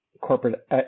corporate